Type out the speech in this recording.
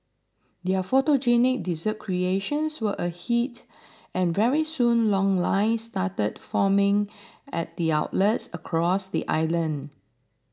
their photogenic dessert creations were a hit and very soon long lines started forming at its outlets across the island